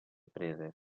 preses